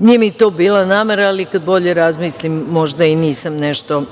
Nije mi to bila namera, ali kad bolje razmislim, možda i nisam nešto